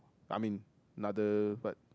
I mean another but